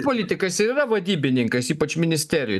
politikas ir yra vadybininkas ypač ministerijų